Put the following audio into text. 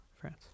France